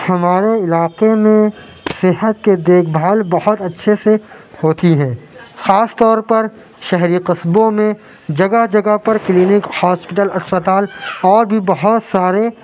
ہمارے علاقے میں صحت کے دیکھ بھال بہت اچھے سے ہوتی ہیں خاص طور پر شہری قصبوں میں جگہ جگہ پر کلینک پاسپٹل اسپتال اور بھی بہت سارے